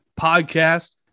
podcast